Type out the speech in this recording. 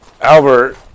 Albert